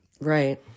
Right